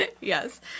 Yes